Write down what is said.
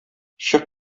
чык